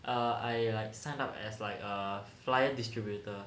uh I like sign up as like err flyer distributor